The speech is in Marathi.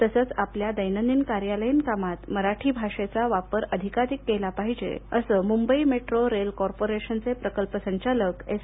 तसंच आपल्या दैनंदिन कार्यालयीन कामात मराठी भाषेचा वापर अधिकाधिक केला पाहिजे असं मुंबई मेट्रो रेल कॉर्पोरेशनचे प्रकल्प संचालक एस